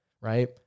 right